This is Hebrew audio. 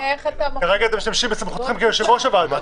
כרגע אתם משתמשים בסמכותכם כיושב-ראש הוועדה.